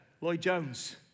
Lloyd-Jones